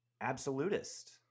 absolutist